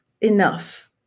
enough